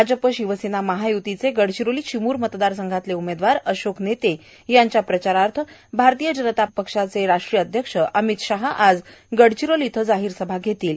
भाजप शिवसेना महायूतीचे गडचिरोली चिमूर मतदार संघातले उमेदवार अशोक नेते यांच्या प्रचारार्थ आजपचे राष्ट्रीय अध्यक्ष अमित शहा आज गडचिरोली इथं जाहीर सभा घेणार आहेत